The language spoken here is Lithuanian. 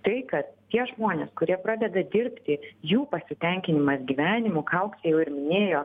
tai kad tie žmonės kurie pradeda dirbti jų pasitenkinimas gyvenimu ką auksė jau ir minėjo